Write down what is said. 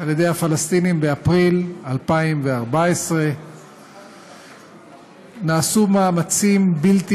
על ידי הפלסטינים באפריל 2014. נעשו מאמצים בלתי